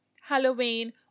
Halloween